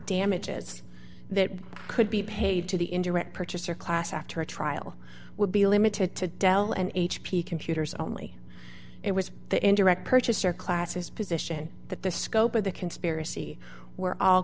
damages that could be paid to the internet purchaser class after a trial would be limited to dell and h p computers only it was the indirect purchaser classes position that the scope of the conspiracy where all